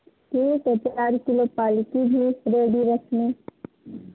ठीक है चार किलो पाली पूरी रेडी रखना